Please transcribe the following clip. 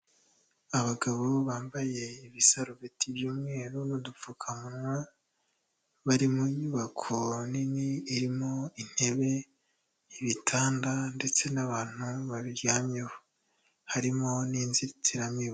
Abagabo bambaye ibisarobeti by'umweru n'udupfukamunwa, bari mu nyubako nini, irimo intebe, ibitanda ndetse n'abantu babiryamyeho, harimo n'inzitiramibu.